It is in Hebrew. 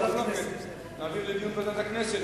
נעביר לדיון בוועדת הכנסת,